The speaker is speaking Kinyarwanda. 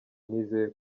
nizeye